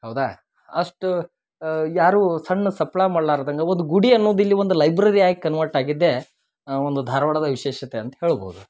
ಹೌದಾ ಅಷ್ಟು ಯಾರು ಸಣ್ಣ ಸಪ್ಲೈ ಮಾಡ್ಲಾರ್ದಂಗ ಒಂದು ಗುಡಿ ಅನ್ನೋದು ಇಲ್ಲಿ ಒಂದು ಲೈಬ್ರೆರಿಯಾಗೆ ಕನ್ವರ್ಟ್ ಆಗಿದ್ದೇ ಒಂದು ಧಾರ್ವಾಡದ ವಿಶೇಷತೆ ಅಂತ ಹೇಳ್ಬೋದು